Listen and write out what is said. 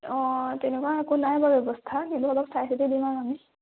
অঁ অঁ তেনেকুৱা একো নাই বাৰু ব্যৱস্থা কিন্তু হ'লেও চাইচিতি দিম আৰু আমি